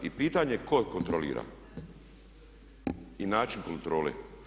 I pitanje je tko kontrolira i način kontrole.